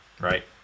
Right